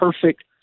perfect